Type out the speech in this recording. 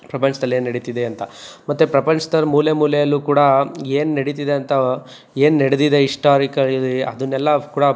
ಪ್ರಪಂಚ್ದಲ್ಲೇನು ನಡೀತಿದೆ ಅಂತ ಮತ್ತು ಪ್ರಪಂಚ್ದಲ್ಲಿ ಮೂಲೆ ಮೂಲೆಯಲ್ಲು ಕೂಡ ಏನು ನಡೀತಿದೆ ಅಂತ ಏನು ನಡೆದಿದೆ ಇಷ್ಟಾರಿಕಲಿ ಅದನ್ನೆಲ್ಲ ಕೂಡ